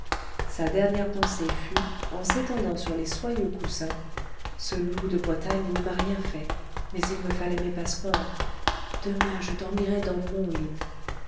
sa dernière pensée fut en s'étendant sur les soyeux coussins ce loup de bretagne ne m'a rien fait mais il me fallait mes passeports demain je dormirai dans mon lit